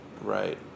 Right